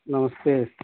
नमस्ते